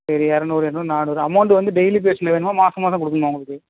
சரி இரநூறு இரநூறு நானூறு அமெளண்டு வந்து டெய்லி பேஸ்சில் வேணுமா மாதா மாதம் கொடுக்கணுமா உங்களுக்கு